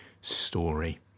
story